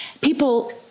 People